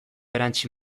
erantsi